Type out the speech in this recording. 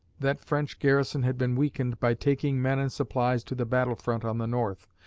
that french garrison had been weakened by taking men and supplies to the battle-front on the north,